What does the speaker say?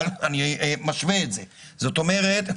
זאת אומרת,